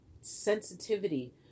sensitivity